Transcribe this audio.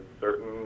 certain